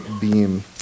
beam